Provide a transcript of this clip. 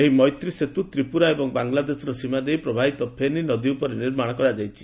ଏହି ମୈତ୍ରୀ ସେତୁ ତ୍ରିପୁରା ଏବଂ ବାଙ୍ଗଲାଦେଶର ସୀମା ଦେଇ ପ୍ରବାହିତ ଫେନି ନଦୀ ଉପରେ ନିର୍ମାଣ କରାଯାଇଛି